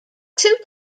two